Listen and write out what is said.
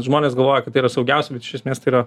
žmonės galvoja kad tai yra saugiausia bet iš esmės tai yra